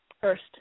first